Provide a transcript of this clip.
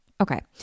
Okay